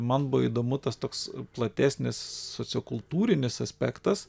man buvo įdomu tas toks platesnis sociokultūrinis aspektas